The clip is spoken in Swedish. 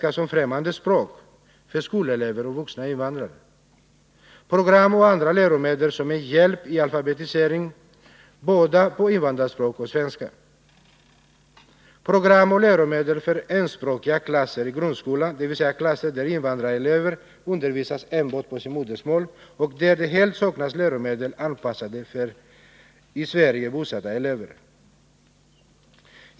Program och andra läromedel, både på invandrarspråk och på svenska, som en hjälp i alfabetiseringen. 6.